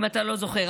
אם אתה לא זוכר.